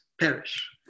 perish